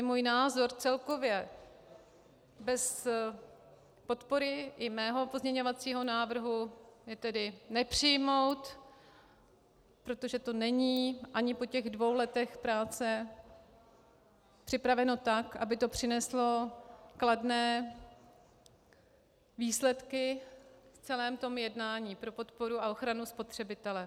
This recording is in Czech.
Můj názor celkově bez podpory i mého pozměňovacího návrhu je tedy nepřijmout, protože to není ani po dvou letech práce připraveno tak, aby to přineslo kladné výsledky v celém jednání pro podporu a ochranu spotřebitele.